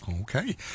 Okay